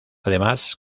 además